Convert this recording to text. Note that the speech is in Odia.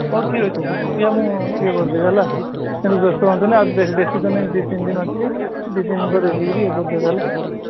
ହଉ ଠିକ୍ ଅଛି ଇଏ ମୁଁ ଇଏ କରିଦେବି ହେଲା ବ୍ୟସ୍ତ ହୁଅନ୍ତୁନି ଆଉ ବି ବେଶୀ ଦିନ ଦୁଇ ତିନି ଦିନ ଅଛି ଦିଦିଙ୍କୁ ଦେଖେଇକରି ଇଏ କରିଦେବେ ହେଲା